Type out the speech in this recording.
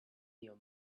your